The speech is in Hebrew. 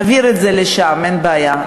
נעביר את זה לשם, אין בעיה.